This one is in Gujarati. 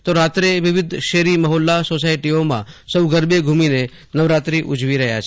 તો રાત્રે વિવિધ શેરી મહોલ્લા સોસાયટીઓમાં સો ગરબે ઘુમીને નવરાત્રી ઉજવી રહ્યા છે